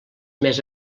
més